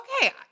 okay